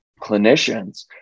clinicians